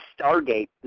Stargate